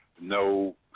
no